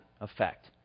effect